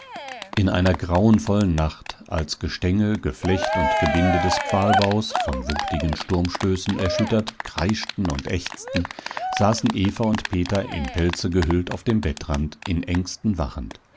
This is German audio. in einer grauenvollen nacht als gestänge geflecht und gebinde des pfahlbaus von wuchtigen sturmstößen erschüttert kreischten und ächzten saßen eva und peter in pelze gehüllt auf dem bettrand in ängsten wachend